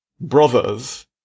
Brothers